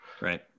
Right